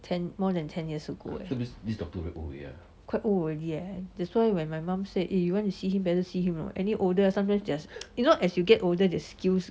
ten more than ten years ago eh quite old already eh that's why when my mom said eh want to see him better see him uh any older sometimes they are you know when you get older the skills